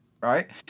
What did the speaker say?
right